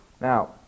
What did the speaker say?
Now